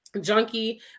junkie